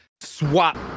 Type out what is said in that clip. swap